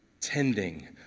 tending